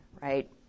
right